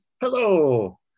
hello